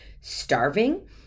starving